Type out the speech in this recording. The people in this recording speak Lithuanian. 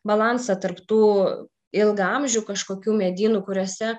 balansą tarp tų ilgaamžių kažkokių medynų kuriuose